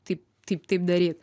taip taip taip daryt